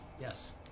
Yes